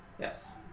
Yes